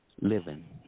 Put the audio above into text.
living